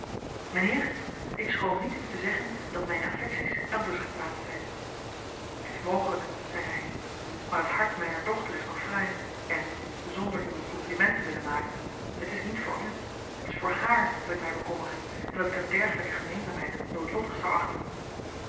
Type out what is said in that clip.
mijnheer ik schroom niet u te zeggen dat mijne affecties elders geplaatst zijn t is mogelijk zeide hij maar het hart mijner dochter is nog vrij en zonder u een compliment te willen maken het is niet voor u het is voor haar dat ik mij bekommer en dat ik een dergelijke gemeenzaamheid noodlottig zou achten